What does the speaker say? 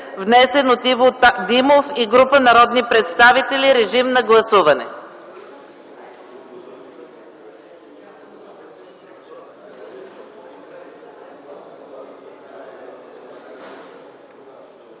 внесен от Иво Димов и група народни представители. Моля, гласувайте.